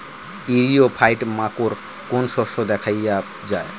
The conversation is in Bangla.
ইরিও ফাইট মাকোর কোন শস্য দেখাইয়া যায়?